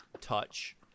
touch